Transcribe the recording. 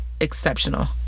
exceptional